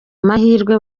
amahirwe